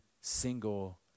single